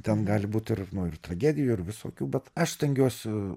ten gali būt ir ir tragedijų ir visokių bet aš stengiuosi